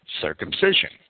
circumcision